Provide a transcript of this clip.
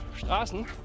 Straßen